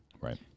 Right